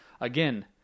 again